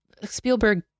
Spielberg